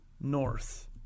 north